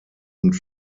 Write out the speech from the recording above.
und